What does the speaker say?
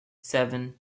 seven